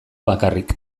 bakarrik